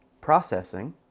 processing